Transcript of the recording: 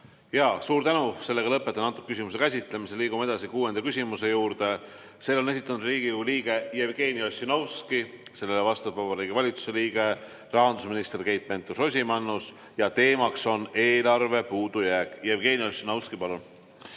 Jaa. Suur tänu! Lõpetan selle küsimuse käsitlemise. Liigume edasi kuuenda küsimuse juurde. Selle on esitanud Riigikogu liige Jevgeni Ossinovski, sellele vastab Vabariigi Valitsuse liige, rahandusminister Keit Pentus-Rosimannus ja teema on eelarve puudujääk. Jevgeni Ossinovski, palun!